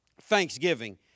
Thanksgiving